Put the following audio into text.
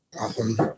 Awesome